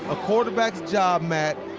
a quarterback's job, matt,